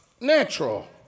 Natural